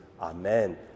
Amen